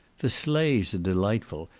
the sleighs are delightful,